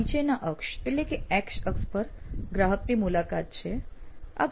નીચેના અક્ષ એટલે કે X અક્ષ પર ગ્રાહકની મુલાકાત છે